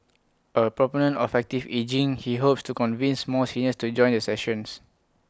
A proponent of active ageing he hopes to convince more seniors to join the sessions